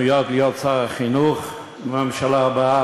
המיועד להיות שר החינוך בממשלה הבאה,